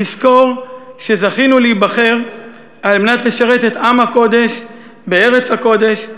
נזכור שזכינו להיבחר על מנת לשרת את עם הקודש בארץ הקודש,